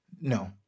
No